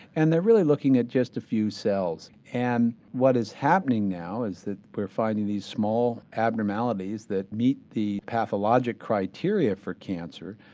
and they're really looking at just a few cells. and what is happening now is that we're finding these small abnormalities that meet the pathologic criteria for cancer,